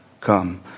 Come